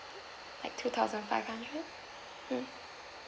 like two thousand five hundred mm